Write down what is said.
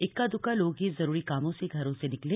इक्का दुक्का लोग ही जरूरी कामों से घरों से निकले